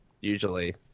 usually